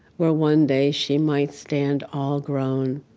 where one day she might stand all grown?